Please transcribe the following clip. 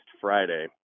Friday